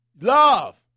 love